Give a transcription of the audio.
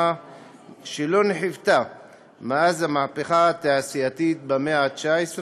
שלא הייתה מאז המהפכה התעשייתית במאה ה-19,